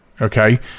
okay